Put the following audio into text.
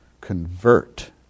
convert